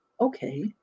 okay